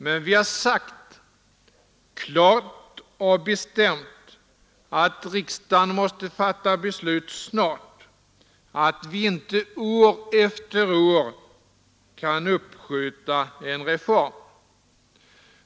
Men vi har sagt klart och bestämt att riksdagen måste fatta beslut snart, att vi inte år efter år kan uppskjuta en reform.